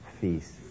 feast